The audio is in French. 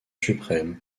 suprême